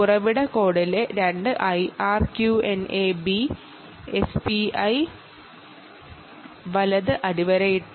source കോഡിലെ രണ്ട് IRQNA B